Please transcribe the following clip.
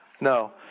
No